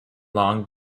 long